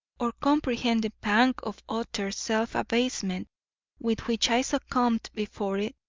or comprehend the pang of utter self-abasement with which i succumbed before it?